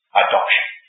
adoption